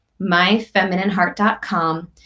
myfeminineheart.com